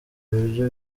ibiryo